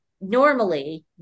normally